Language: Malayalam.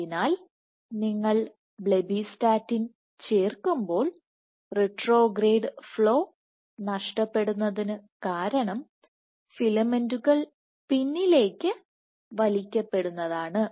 അതിനാൽ നിങ്ങൾ ബ്ലെബിസ്റ്റാറ്റിൻ ചേർക്കുമ്പോൾ റിട്രോഗ്രേഡ് ഫ്ലോ നഷ്ടപ്പെടുന്നതിന് കാരണം ഫിലമെന്റുകൾ പിന്നിലേക്ക് വലിക്കപ്പെടുന്നതാണ്